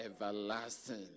everlasting